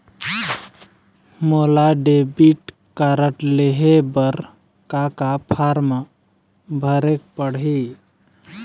मोला debit card लेहे बर का का फार्म भरेक पड़ही?